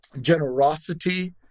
generosity